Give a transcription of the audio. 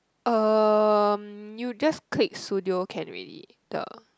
um you just click studio can already the